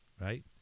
right